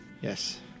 Yes